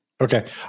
Okay